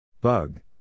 Bug